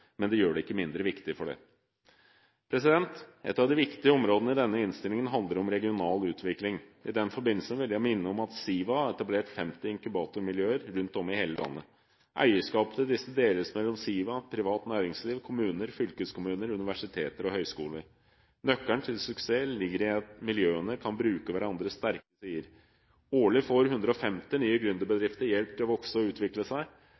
men det gjør det ikke mindre viktig av den grunn. Et av de viktige områdene i denne innstillingen handler om regional utvikling. I den forbindelse vil jeg minne om at SIVA har etablert 50 inkubatormiljøer rundt om i hele landet. Eierskap til disse deles mellom SIVA, privat næringsliv, kommuner, fylkeskommuner, universiteter og høyskoler. Nøkkelen til suksess ligger i at miljøene kan bruke hverandres sterke sider. Årlig får 150 nye gründerbedrifter hjelp til å vokse og utvikle seg.